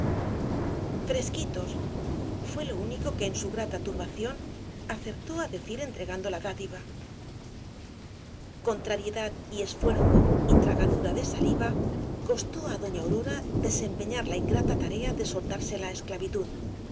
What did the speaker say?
fresquitos fué lo único que en su grata turbación acertó á decir entregando la dádiva contrariedad y esfuerzo y tragadura de saliva costó á doña aurora desempeñar la ingrata tarea de soltársela á esclavitud